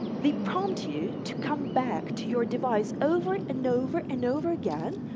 they prompt you to come back to your device over and over and over again,